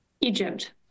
Egypt